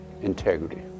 Integrity